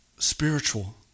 Spiritual